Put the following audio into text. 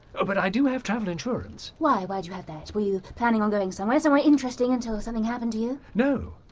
but i do have travel insurance why why do you have that? were you planning on going somewhere? somewhere interesting? until something happened to you? no,